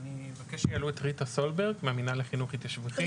אני מבקש שיעלו את ריטה סולברג מהמינהל לחינוך התיישבותי.